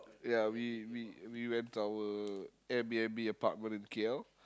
ya we we we went to our Air-B_N_B apartment in K_L